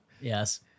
Yes